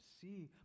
see